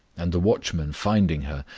and the watchmen finding her,